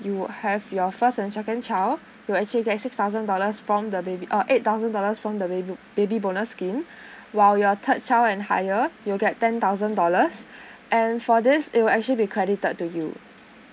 you will have your first and second child you'll actually get six thousand dollars from the baby uh eight thousand dollars from the baby baby bonus scheme while your third child and higher you'll get ten thousand dollars and for this it will actually be credited to you